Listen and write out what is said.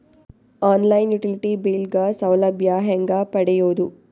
On line utility bill ಗ ಸೌಲಭ್ಯ ಹೇಂಗ ಪಡೆಯೋದು?